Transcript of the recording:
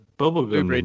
bubblegum